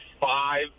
five